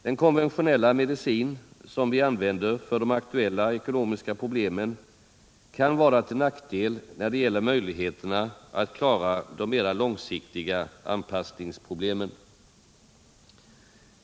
Den konventionella medicin som vi använder för de aktuella ekonomiska problemen kan vara till nackdel när det gäller möjligheterna att klara de mera långsiktiga anpassningsproblemen.